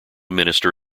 minister